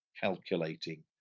calculating